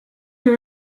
you